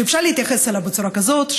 שאפשר להתייחס אליו בצורה כזאת,